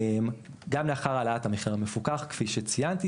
גם לאחר העלאת המחיר המפוקח כפי שציינתי,